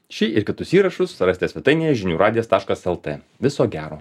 šį ir kitus įrašus rasite svetainėje žinių radijas taškas lt viso gero